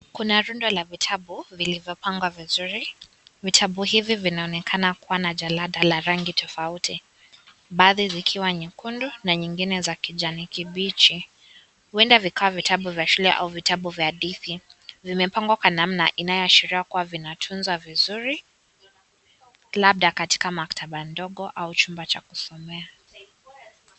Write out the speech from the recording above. Kuna rundo vya vitabu vilivyopangwa vizuri, vitabu hivi vinaonekana kuwa na jalada ya rangi tofauti, baadhi zikiwa nyekundu na nyingine za kijani kibichi, huenda vikawa vitabu vya shuke au vitabu vya hadithi . Vimepangwa Kwa namna inayoashiria kuna vinatunza vizuri labda katika maktaba ndogo au chumba cha kusomea.